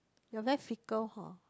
you are very fickle hor